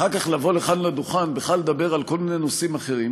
ואחר כך לבוא לכאן לדוכן ובכלל לדבר על כל מיני נושאים אחרים,